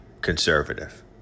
conservative